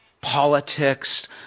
politics